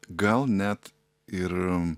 gal net ir